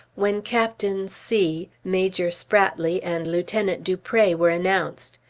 when captain c, major spratley, and lieutenant dupre were announced.